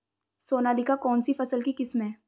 सोनालिका कौनसी फसल की किस्म है?